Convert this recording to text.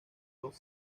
dos